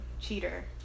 cheater